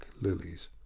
lilies